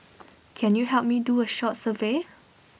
can you help me do A short survey